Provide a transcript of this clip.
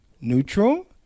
neutral